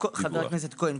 חבר הכנסת כהן,